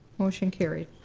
motion carried.